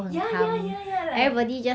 ya ya ya ya like